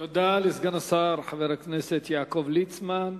תודה לסגן השר חבר הכנסת יעקב ליצמן.